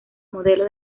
modelo